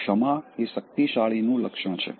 ક્ષમા એ શક્તિશાળીનું લક્ષણ છે